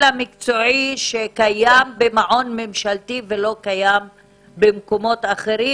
המקצועי שקיים במעון ממשלתי ולא קיים במקומות אחרים,